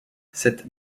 cette